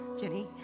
Jenny